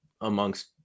amongst